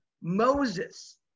Moses